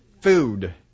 food